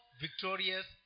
victorious